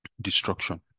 destruction